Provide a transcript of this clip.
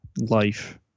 life